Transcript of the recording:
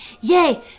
Yay